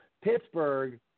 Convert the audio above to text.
Pittsburgh